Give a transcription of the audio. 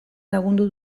lagundu